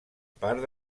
part